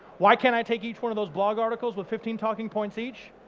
why can't i take each one of those blog articles with fifteen talking points each,